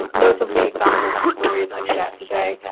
of the examples and stories i've shared today.